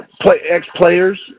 ex-players